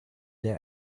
der